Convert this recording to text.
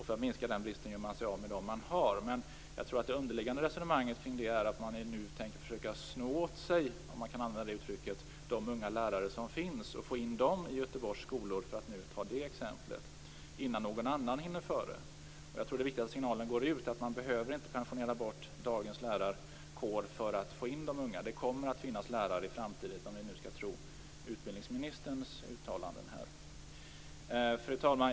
För att minska den bristen gör de sig av med dem de har. Men jag tror att det underliggande resonemanget kring det är att de nu tänker försöka sno åt sig de unga lärare som finns och få in dem i Göteborgs skolor innan någon annan hinner före. Jag tror att det är viktigt att signalerna går ut om att man inte behöver pensionera bort dagens lärarkår för att få in de unga. Det kommer att finnas lärare i framtiden, om vi nu skall tro utbildningsministerns uttalanden här. Fru talman!